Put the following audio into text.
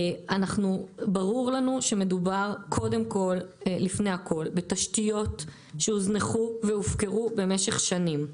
ברור לנו שמדובר קודם כל ולפני הכול בתשתיות שהוזנחו והופקרו במשך שנים.